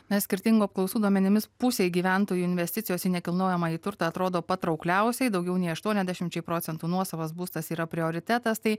na skirtingų apklausų duomenimis pusei gyventojų investicijos į nekilnojamąjį turtą atrodo patraukliausiai daugiau nei aštuoniasdešimčiai procentų nuosavas būstas yra prioritetas tai